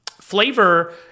flavor